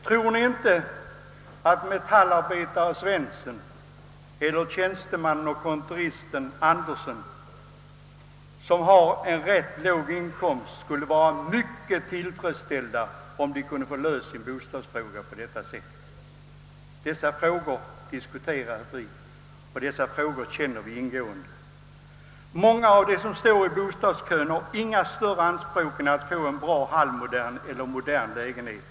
Tror ni inte att metallarbetaren Svensson eller tjänstemannen och kontoristen Andersson, som har rätt låga inkomster, skulle vara mycket tillfredsställda, om de kunde få sin bostadsfråga löst genom en äldre bostadslägenhet? Frågor som dessa diskuterar vi och känner ingående. Många av dem som står i bostadskön har i dag inga större anspråk än att få en bra halvmodern eller modern äldre lägenhet.